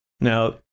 Now